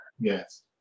Yes